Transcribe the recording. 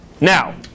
Now